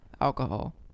alcohol